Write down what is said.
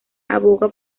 aboga